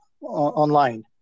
online